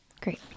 Great